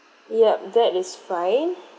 ya that is fine